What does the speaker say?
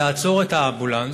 לעצור את האמבולנס,